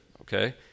okay